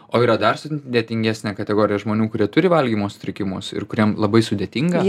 o yra dar sudėtingesnė kategorija žmonių kurie turi valgymo sutrikimus ir kuriem labai sudėtinga